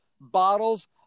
bottles